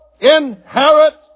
Inherit